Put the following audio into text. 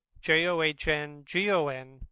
J-O-H-N-G-O-N